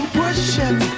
pushing